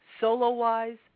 solo-wise